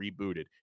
rebooted